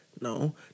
No